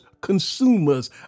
consumers